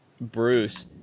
Bruce